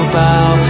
bow